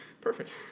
Perfect